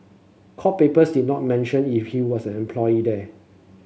court papers did not mention if he was an employee there